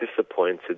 disappointed